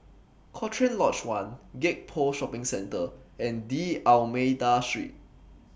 Cochrane Lodge one Gek Poh Shopping Centre and D'almeida Street